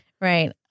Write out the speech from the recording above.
Right